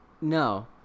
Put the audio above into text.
No